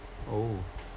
oh